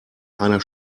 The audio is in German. einer